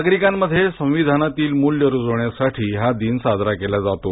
नागरिकांमध्ये संविधानातील मूल्य रुजवण्यासाठी हा दिन साजरा केला जातो